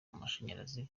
amashanyarazi